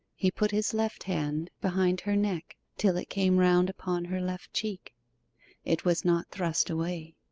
he put his left hand behind her neck till it came round upon her left cheek it was not thrust away.